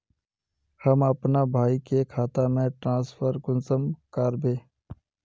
हम अपना भाई के खाता में ट्रांसफर कुंसम कारबे?